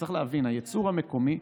צריך להבין, הייצור המקומי,